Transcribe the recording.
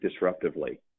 disruptively